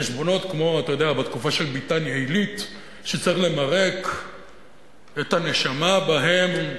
חשבונות כמו בתקופה של ביתניה-עילית שצריך למרק את הנשמה בהם,